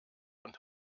und